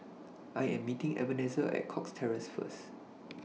I Am meeting Ebenezer At Cox Terrace First